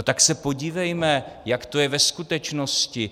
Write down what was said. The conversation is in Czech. Tak se podívejme, jak to je ve skutečnosti.